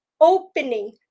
opening